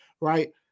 right